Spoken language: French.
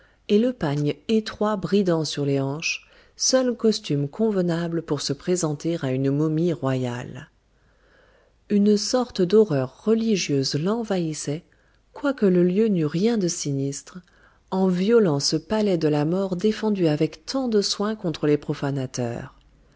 et le pagne étroit bridant sur les hanches seul costume convenable pour se présenter à une momie royale une sorte d'horreur religieuse l'envahissait quoique le lieu n'eût rien de sinistre en violant ce palais de la mort défendu avec tant de soin contre les profanateurs